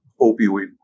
opioid